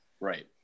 Right